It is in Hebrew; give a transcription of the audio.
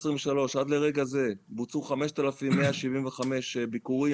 עד לרגע זה בוצעו 5175 ביקורים,